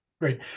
Great